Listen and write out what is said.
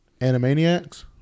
Animaniacs